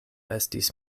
estis